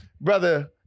brother